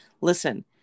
listen